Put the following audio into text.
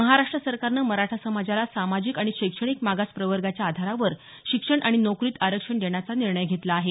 महाराष्ट्र सरकारनं मराठा समाजाला सामाजिक आणि शैक्षणिक मागास प्रवर्गाच्या आधारावर शिक्षण आणि नोकरीत आरक्षण देण्याचा निर्णय घेतला आहे